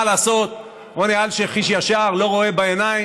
מה לעשות, רוני אלשיך איש ישר, לא רואה בעיניים,